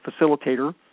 facilitator